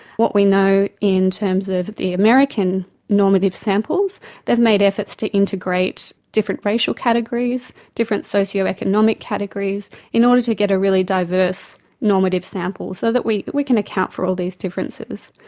what we know in terms of the american normative samples they've made efforts to integrate different racial categories, different socio economic categories in order to get a really diverse normative sample so we we can account for all these differences.